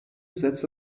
setzte